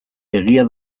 egia